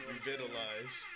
Revitalize